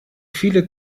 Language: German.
viele